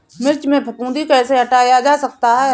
मिर्च में फफूंदी कैसे हटाया जा सकता है?